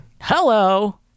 Hello